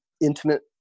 intimate